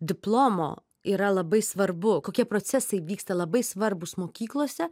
diplomo yra labai svarbu kokie procesai vyksta labai svarbūs mokyklose